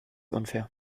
unfair